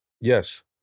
Yes